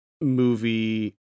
movie